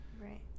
right